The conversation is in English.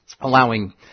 allowing